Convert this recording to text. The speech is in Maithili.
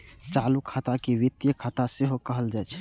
चालू खाता के वित्तीय खाता सेहो कहल जाइ छै